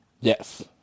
Yes